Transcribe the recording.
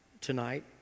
tonight